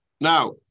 Now